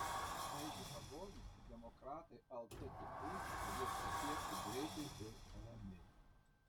taigi pagonys demokratai lt tikslus padės pasiekti greitai ir ramiai